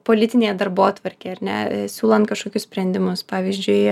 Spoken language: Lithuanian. politinėje darbotvarkėje ar ne siūlant kažkokius sprendimus pavyzdžiui